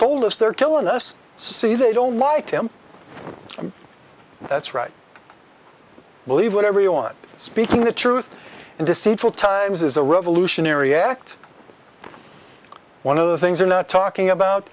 told us they're killing us see they don't like him that's right believe whatever you want speaking the truth and deceitful times is a revolutionary act one of the things are not talking about